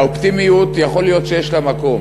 האופטימיות, יכול להיות שיש לה מקום,